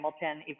Hamilton